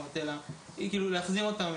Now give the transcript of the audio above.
להחזיר אותם,